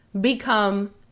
become